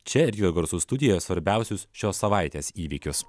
čia ryto garsų studijoje svarbiausius šios savaitės įvykius